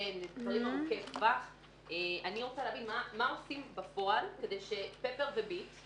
ודברים ארוכי טווח אבל אני רוצה להבין מה עושים בפועל כדי ש-פפר וביט,